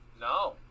No